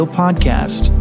podcast